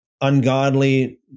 ungodly